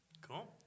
Cool